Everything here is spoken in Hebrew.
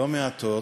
לא מעטות,